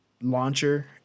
launcher